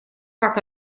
как